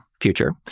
future